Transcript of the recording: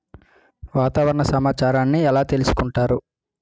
వాతావరణ సమాచారాన్ని ఎలా తెలుసుకుంటారు?